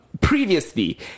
Previously